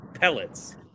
pellets